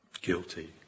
guilty